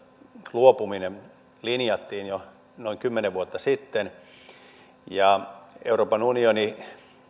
luopuminen linjattiin jo noin kymmenen vuotta sitten euroopan unioni